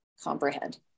comprehend